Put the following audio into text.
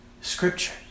Scripture